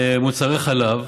מוצרי חלב,